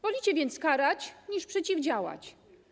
Wolicie więc karać niż przeciwdziałać.